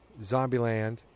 Zombieland